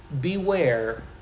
Beware